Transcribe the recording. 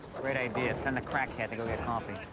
great idea, send the crackhead to go get coffee.